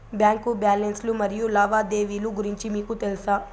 Bank balance లు మరియు లావాదేవీలు గురించి మీకు తెల్సా?